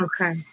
Okay